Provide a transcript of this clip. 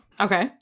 Okay